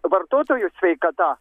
vartotojų sveikata